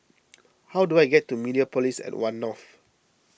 how do I get to Mediapolis at one North